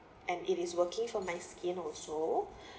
and it is working for my skin also